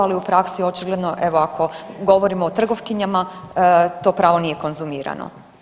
Ali u praksi očigledno evo ako govorimo o trgovkinjama to pravo nije konzumiramo.